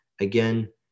Again